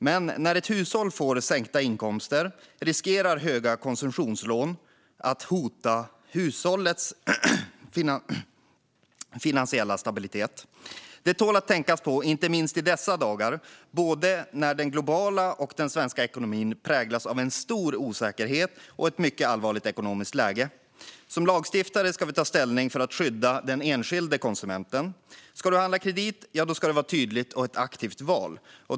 Men när ett hushåll får sänkta inkomster riskerar höga konsumtionslån att hota hushållets finansiella stabilitet. Det tål att tänka på i dessa dagar när både den globala och den svenska ekonomin präglas av stor osäkerhet och ett mycket allvarligt ekonomiskt läge. Som lagstiftare ska vi ta ställning för att skydda den enskilde konsumenten. Ska du handla på kredit, ja, då ska det vara tydligt och ett aktivt val.